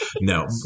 No